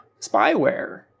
spyware